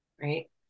right